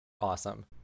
Awesome